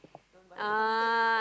oh